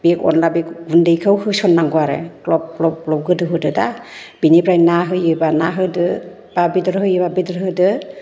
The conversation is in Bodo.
बे अनला गुन्दैखौ होसननांगौ आरो ग्लब ग्लब ग्लब गोदौहोदो दा बिनिफ्राय ना होयोबा ना होदो बा बेदर होयोबा बेदर होदो